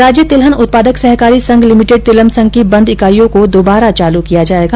राज्य तिलहन उत्पादक सहकारी संघ लिमिटेड तिलम संघ की बंद इकाइयों को दुबारा चालू किया जायेगा